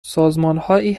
سازمانهایی